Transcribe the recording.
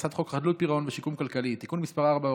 הצעת חוק חדלות פירעון ושיקום כלכלי (תיקון מס' 4,